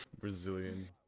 Brazilian